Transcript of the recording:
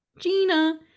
gina